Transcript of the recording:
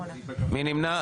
מי נמנע?